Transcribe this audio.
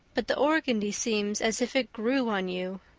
but the organdy seems as if it grew on you.